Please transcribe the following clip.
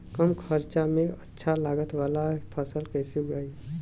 कम खर्चा में अच्छा लागत वाली फसल कैसे उगाई?